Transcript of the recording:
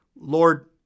Lord